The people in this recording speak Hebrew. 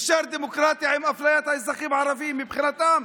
אפשר דמוקרטיה עם אפליית האזרחים הערבים, מבחינתם?